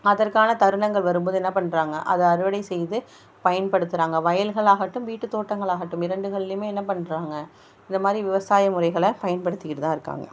அதற்கான தருணங்கள் வரும்போது என்ன பண்ணுறாங்க அதை அறுவடை செய்து பயன்படுத்துகிறாங்க வயல்களாகட்டும் வீட்டு தோட்டங்களாகட்டும் இரண்டுகள்லேயுமே என்ன பண்ணுறாங்க இந்த மாதிரி விவசாய முறைகள பயன்படுத்திகிட்டு தான் இருக்காங்க